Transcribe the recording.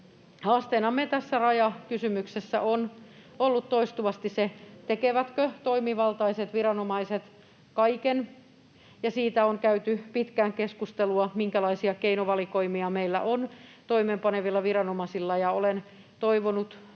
haasteenamme tässä rajakysymyksessä on ollut toistuvasti se, tekevätkö toimivaltaiset viranomaiset kaiken, ja on käyty pitkään keskustelua siitä, minkälaisia keinovalikoimia meillä on toimeenpanevilla viranomaisilla. Olen toivonut vahvasti,